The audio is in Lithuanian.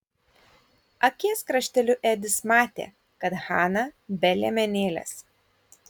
akies krašteliu edis matė kad hana be liemenėlės